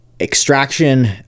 extraction